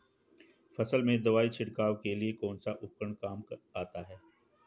फसल में दवाई छिड़काव के लिए कौनसा उपकरण काम में आता है?